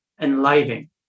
enlivening